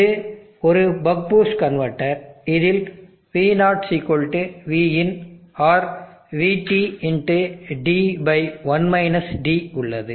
இது ஒரு buck boost converter இதில் V0Vin or VTd1 dஉள்ளது